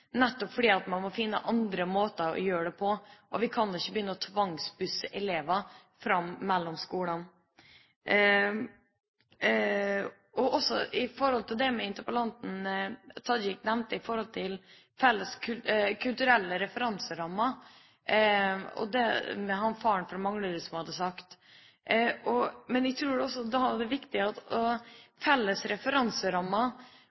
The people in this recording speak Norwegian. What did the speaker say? nettopp fordi man må finne andre måter å gjøre det på, og vi kan ikke begynne å tvangsbusse elever mellom skolene. Når det gjelder det interpellanten Tajik nevnte om kulturelle referanserammer, som denne faren på Manglerud har snakket om, tror jeg det også er viktig med felles referanserammer og se at det